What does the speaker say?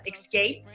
escape